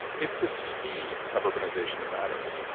it's the speed of urbanization that matters.